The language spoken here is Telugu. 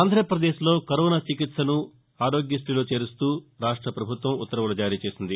ఆంధ్రప్రదేశ్లో కరోనా చికిత్సను ఆరోగ్యశీలో చేరుస్తూ రాష్ట ప్రభుత్వం ఉత్తర్వులు జారీ చేసింది